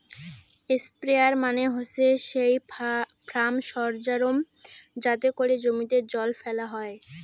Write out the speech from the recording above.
sprayer মানে হসে সেই ফার্ম সরঞ্জাম যাতে করে জমিতে জল ফেলা হই